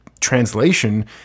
translation